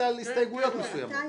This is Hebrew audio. אין הרביזיה של עפר שלח לא נתקבלה.